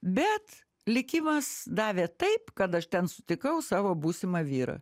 bet likimas davė taip kad aš ten sutikau savo būsimą vyrą